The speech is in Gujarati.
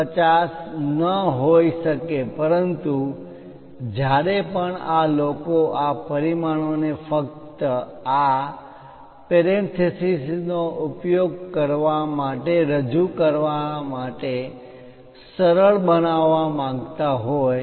5 ન હોઈ શકે પરંતુ જ્યારે પણ લોકો આ પરિમાણોને ફક્ત આ પેરેન્થેસિસનો ઉપયોગ કરવા માટે રજૂ કરવા સરળ બનાવવા માંગતા હોય